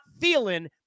feeling